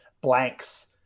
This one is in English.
blanks